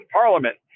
parliament